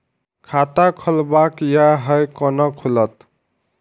खाता खोलवाक यै है कोना खुलत?